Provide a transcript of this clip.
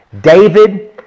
David